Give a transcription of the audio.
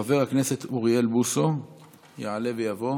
חבר הכנסת אוריאל בוסו יעלה ויבוא.